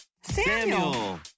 Samuel